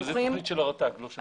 זו תוכנית של הרט"ג, לא שלנו.